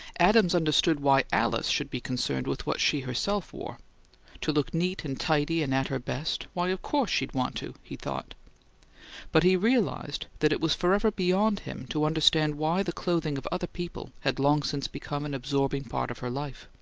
adams understood why alice should be concerned with what she herself wore to look neat and tidy and at her best, why, of course she'd want to, he thought but he realized that it was forever beyond him to understand why the clothing of other people had long since become an absorbing part of her life.